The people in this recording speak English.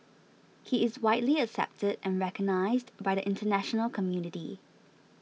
he is widely accepted and recognised by the international community